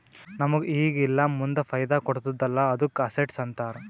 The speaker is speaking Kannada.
ನಮುಗ್ ಈಗ ಇಲ್ಲಾ ಮುಂದ್ ಫೈದಾ ಕೊಡ್ತುದ್ ಅಲ್ಲಾ ಅದ್ದುಕ ಅಸೆಟ್ಸ್ ಅಂತಾರ್